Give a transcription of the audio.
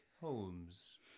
Holmes